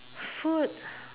food